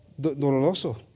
doloroso